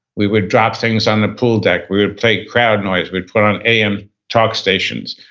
we would drop things on the pool deck, we would play crowd noise, we would put on am talk stations.